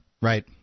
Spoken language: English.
Right